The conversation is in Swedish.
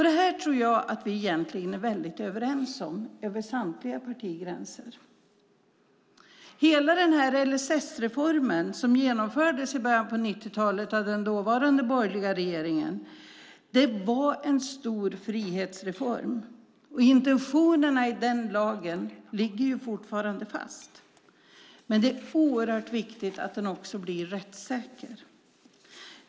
Det här tror jag att vi egentligen är överens om över samtliga partigränser. Hela den här LSS-reformen, som genomfördes i början av 90-talet av den dåvarande borgerliga regeringen, var en stor frihetsreform. Intentionerna i den lagen ligger fortfarande fast, men det är oerhört viktigt att den också blir rättssäker.